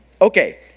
Okay